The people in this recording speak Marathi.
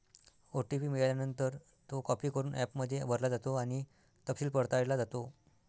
ओ.टी.पी मिळाल्यानंतर, तो कॉपी करून ॲपमध्ये भरला जातो आणि तपशील पडताळला जातो